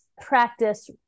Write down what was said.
practice